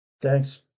Thanks